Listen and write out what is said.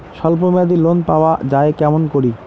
স্বল্প মেয়াদি লোন পাওয়া যায় কেমন করি?